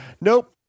nope